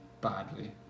badly